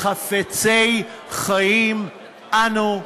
חפצי חיים אנו,